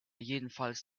jedenfalls